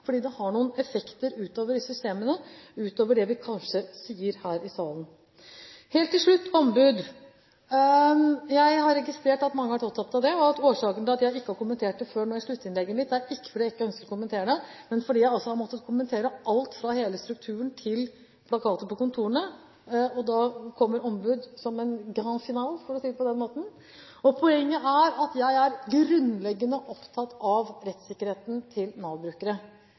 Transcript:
fordi det har noen effekter i systemene utover det vi kanskje sier her i salen. Helt til slutt, ombud: Jeg har registrert at mange har vært opptatt av det. Årsaken til at jeg ikke har kommentert det før nå i sluttinnlegget mitt, er ikke at jeg ikke ønsker å kommentere det, men at jeg har måttet kommentere alt, fra hele strukturen til plakater på kontorene. Da kommer ombud som en «grand finale», for å si det på den måten. Poenget er at jeg er grunnleggende opptatt av rettssikkerheten til